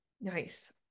nice